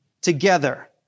together